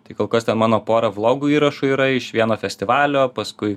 tai kol kas ten mano pora vlogų įrašų yra iš vieno festivalio paskui